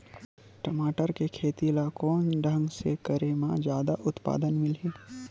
टमाटर के खेती ला कोन ढंग से करे म जादा उत्पादन मिलही?